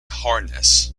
harness